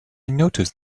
noticed